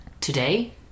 today